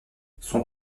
son